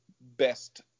best